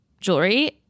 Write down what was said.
jewelry